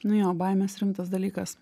nu jo baimės rimtas dalykas